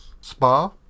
Spa